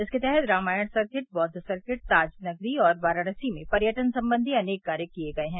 इसके तहत रामायण सर्किट बौद्द सर्किट ताज नगरी और वाराणसी में पर्यटन संबंधी अनेक कार्य किये गये हैं